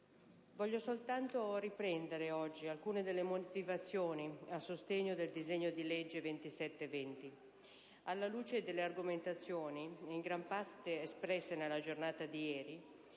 voglio soltanto riprendere oggi alcune delle motivazioni a sostegno del disegno di legge n. 2720. Alla luce di queste argomentazioni, in gran parte espresse nella giornata di ieri,